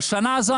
בשנה הזו,